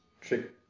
Trick